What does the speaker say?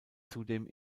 zudem